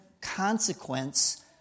consequence